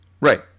right